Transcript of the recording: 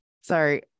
Sorry